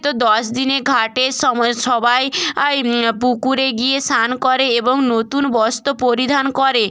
তো দশ দিনে ঘাটের সময় সবাই আই পুকুরে গিয়ে স্নান করে এবং নতুন বস্ত্র পরিধান করে